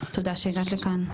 תודה שהגעת לכאן.